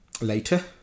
later